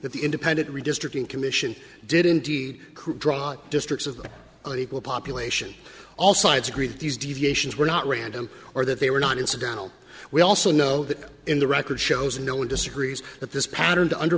that the independent redistricting commission did indeed draw in districts of unequal population all sides agreed that these deviations were not random or that they were not incidental we also know that in the record shows no one disagrees that this pattern to under